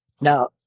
Now